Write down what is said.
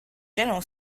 general